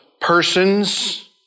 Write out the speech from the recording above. persons